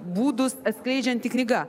būdus atskleidžianti knyga